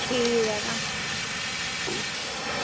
ठीक ऐ तां